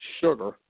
sugar